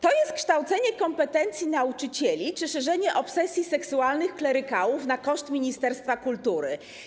To jest kształcenie kompetencji nauczycieli czy szerzenie obsesji seksualnych klerykałów na koszt ministerstwa kultury?